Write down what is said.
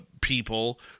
people